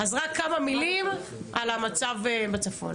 כמות התפיסות